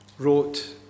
wrote